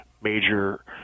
major